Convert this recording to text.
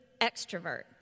extrovert